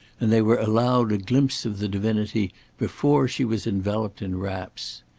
and they were allowed a glimpse of the divinity before she was enveloped in wraps.